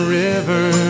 river